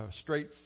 straight